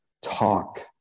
talk